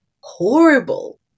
horrible